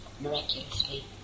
miraculously